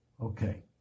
Okay